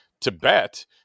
Tibet